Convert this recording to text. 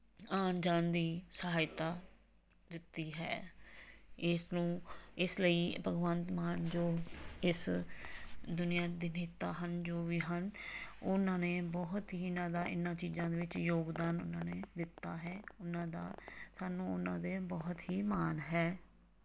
ਆਉਣ ਜਾਣ ਦੀ ਸਹਾਇਤਾ ਦਿੱਤੀ ਹੈ ਇਸ ਨੂੰ ਇਸ ਲਈ ਭਗਵੰਤ ਮਾਨ ਜੋ ਇਸ ਦੁਨੀਆ ਦੇ ਨੇਤਾ ਹਨ ਜੋ ਵੀ ਹਨ ਉਹਨਾਂ ਨੇ ਬਹੁਤ ਹੀ ਇਹਨਾਂ ਦਾ ਇਹਨਾਂ ਚੀਜ਼ਾਂ ਦੇ ਵਿੱਚ ਯੋਗਦਾਨ ਉਹਨਾਂ ਨੇ ਦਿੱਤਾ ਹੈ ਉਹਨਾਂ ਦਾ ਸਾਨੂੰ ਉਹਨਾਂ 'ਤੇ ਬਹੁਤ ਹੀ ਮਾਣ ਹੈ